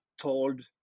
told